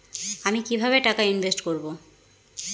আমি কিভাবে টাকা ইনভেস্ট করব?